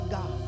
God